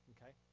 Okay